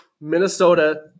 Minnesota